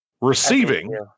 receiving